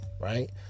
right